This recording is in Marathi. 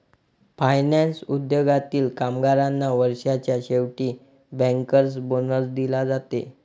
फायनान्स उद्योगातील कामगारांना वर्षाच्या शेवटी बँकर्स बोनस दिला जाते